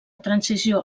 transició